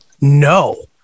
no